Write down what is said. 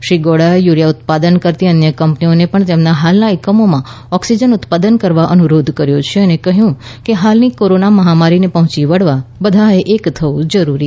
શ્રી ગૌડાએ યુરિયા ઉત્પાદન કરતી અન્ય કંપનીઓને પણ તેમના હાલના એકમોમાં ઑક્સીજન ઉત્પાદન કરવા અનુરોધ કર્યો છે અને કહ્યું કે હાલની કોરોના મહામારીને પહોંચી વળવા બધાએ એક થવું જરૂરી છે